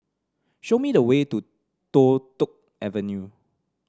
show me the way to Toh Tuck Avenue